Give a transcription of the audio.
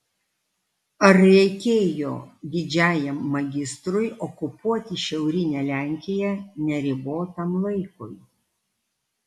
ar reikėjo didžiajam magistrui okupuoti šiaurinę lenkiją neribotam laikui